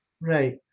Right